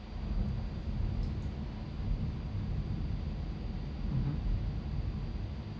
mmhmm